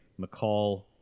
McCall